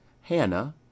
hannah